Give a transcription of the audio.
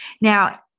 Now